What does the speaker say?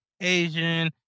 Asian